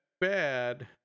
bad